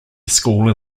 school